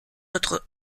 autres